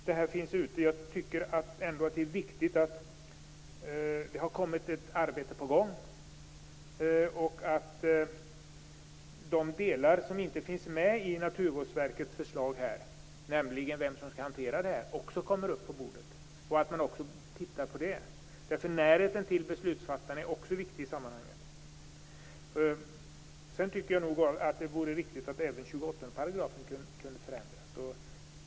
Det är viktigt att ett arbete är på gång. De delar som inte finns med i Naturvårdsverkets förslag, dvs. vilka som skall hantera frågan, skall också tas fram. Närheten till beslutsfattarna är också viktig. Det vore riktigt att även förändra 28 §.